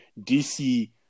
DC